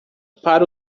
para